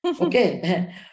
Okay